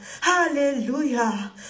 Hallelujah